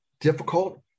difficult